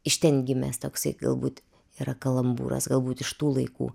iš ten gimęs toksai galbūt yra kalambūras galbūt iš tų laikų